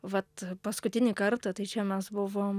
vat paskutinį kartą tai čia mes buvom